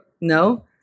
no